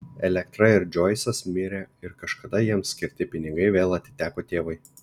elektra ir džoisas mirė ir kažkada jiems skirti pinigai vėl atiteko tėvui